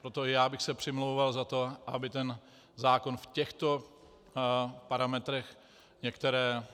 Proto bych se přimlouval za to, aby zákon v těchto parametrech některé